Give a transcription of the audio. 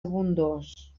abundós